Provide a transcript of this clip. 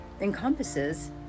encompasses